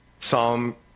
Psalm